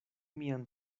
mian